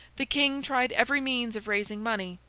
the king tried every means of raising money.